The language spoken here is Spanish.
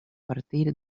partir